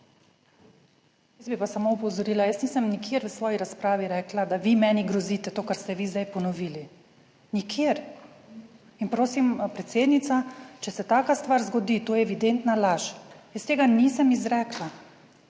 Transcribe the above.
Jaz bi pa samo opozorila, jaz nisem nikjer v svoji razpravi rekla, da vi meni grozite to, kar ste vi zdaj ponovili, nikjer. In prosim predsednica, če se taka stvar zgodi, to je evidentna laž. **45. TRAK: (TB)